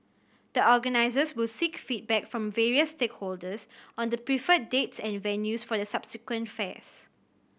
the organisers will seek feedback from various stakeholders on the preferred dates and venues for the subsequent fairs